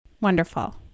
Wonderful